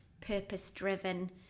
purpose-driven